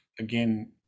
again